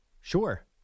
Sure